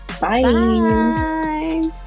bye